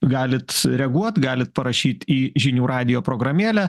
galit reaguot galit parašyt į žinių radijo programėlę